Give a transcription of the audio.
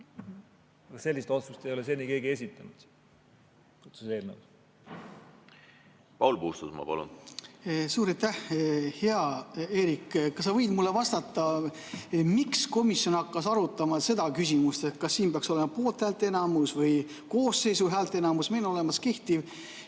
Sellist otsuse eelnõu ei ole seni keegi esitanud. Paul Puustusmaa, palun! Suur aitäh! Hea Eerik, kas sa võid mulle vastata, miks komisjon hakkas arutama seda küsimust, kas siin peaks olema poolthäälte enamus või koosseisu häälteenamus? Meil on olemas kehtiv